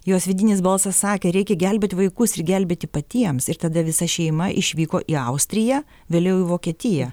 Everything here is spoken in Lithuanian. jos vidinis balsas sakė reikia gelbėt vaikus ir gelbėti patiems ir tada visa šeima išvyko į austriją vėliau į vokietiją